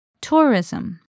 Tourism